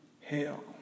hell